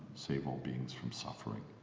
save all beings from suffering.